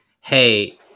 Hey